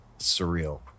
surreal